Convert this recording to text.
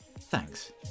thanks